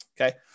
okay